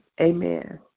Amen